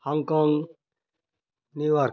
Hong Kong New York